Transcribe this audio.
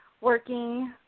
working